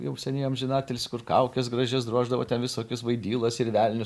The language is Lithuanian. jau seniai amžinatilsį kur kaukes gražias droždavo ten visokius vaidilos ir velnius